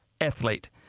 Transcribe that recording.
athlete